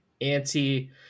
anti